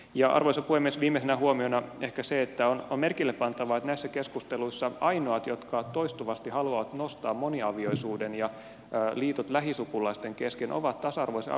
ja arvoisa puhemies viimeisenä huomiona ehkä se että on merkille pantavaa että näissä keskusteluissa ainoat jotka toistuvasti haluavat nostaa esiin moniavioisuuden ja liitot lähisukulaisten kesken ovat tasa arvoisen avioliittolain vastustajat